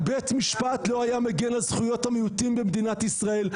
בית משפט לא היה מגן לזכויות המיעוטים במדינת ישראל,